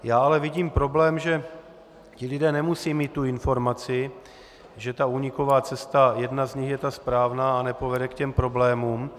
Já ale vidím problém, že lidé nemusí mít informaci, že ta úniková cesta, jedna z nich, je ta správná a nepovede k problémům.